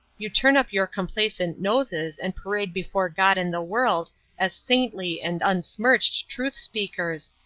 you turn up your complacent noses and parade before god and the world as saintly and unsmirched truth-speakers,